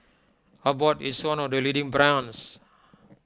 Abbott is one of the leading brands